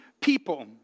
people